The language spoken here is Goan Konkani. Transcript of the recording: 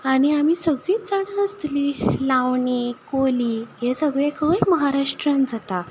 आनी आमी सगलीच जाणां आसतली लावणी कोली हे सगलें खंय महाराष्ट्रान जाता